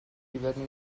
livello